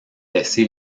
laissé